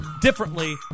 differently